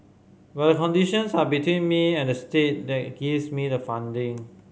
but conditions are between me and the state that gives me the funding